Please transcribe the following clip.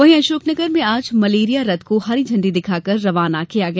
वहीं अशोकनगर में आज मलेरिया रथ को हरी झंडी दिखाकर रवाना किया गया